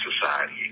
society